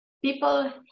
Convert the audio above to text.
People